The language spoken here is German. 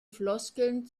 floskeln